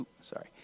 Sorry